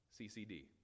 CCD